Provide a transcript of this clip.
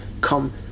come